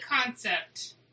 concept